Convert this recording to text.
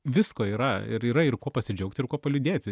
visko yra ir yra ir kuo pasidžiaugti ir kuo paliūdėti